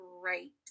great